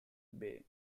bay